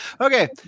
Okay